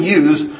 use